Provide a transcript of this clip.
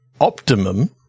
optimum